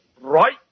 Right